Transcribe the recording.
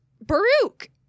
Baruch